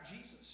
Jesus